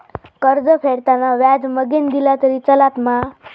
कर्ज फेडताना व्याज मगेन दिला तरी चलात मा?